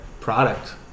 product